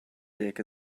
dick